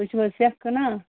تُہۍ چھُو حظ سٮ۪کھ کٕنان